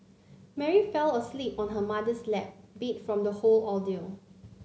Mary fell asleep on her mother's lap beat from the whole ordeal